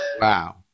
Wow